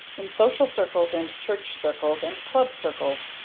in social circles and church circles and club circles,